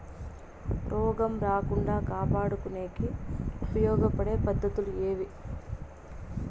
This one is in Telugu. రోగం రాకుండా కాపాడుకునేకి ఉపయోగపడే పద్ధతులు ఏవి?